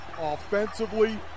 offensively